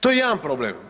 To je jedan problem.